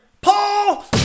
Paul